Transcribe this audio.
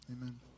amen